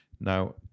Now